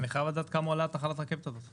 אני חייב לדעת כמה עולה תחנת רכבת כזאת.